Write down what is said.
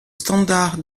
standards